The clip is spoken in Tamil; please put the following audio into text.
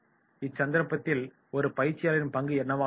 இச்சந்தர்ப்பத்தில் ஒரு பயிற்சியாளரின் பங்கு என்னவாக இருக்கும்